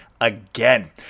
again